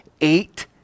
eight